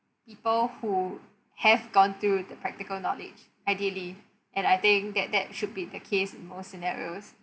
people who have gone through the practical knowledge ideally and I think that that should be the case in more scenarios